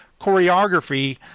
choreography